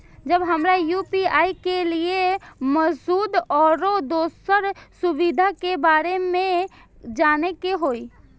जब हमरा यू.पी.आई के लिये मौजूद आरो दोसर सुविधा के बारे में जाने के होय?